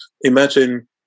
imagine